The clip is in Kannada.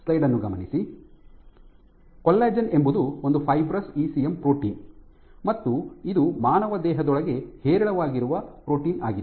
ಕೊಲ್ಲಜೆನ್ ಎಂಬುದು ಒಂದು ಫೈಬ್ರಸ್ ಇಸಿಎಂ ಪ್ರೋಟೀನ್ ಮತ್ತು ಇದು ಮಾನವ ದೇಹದೊಳಗೆ ಹೇರಳವಾಗಿರುವ ಪ್ರೋಟೀನ್ ಆಗಿದೆ